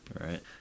right